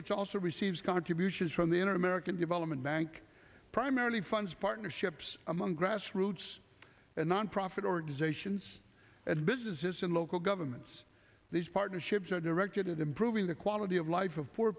which also receives contributions from the inner american development bank primarily funds partnerships among grassroots and nonprofit organizations and businesses and local governments these partnerships are directed at improving the quality of life of poor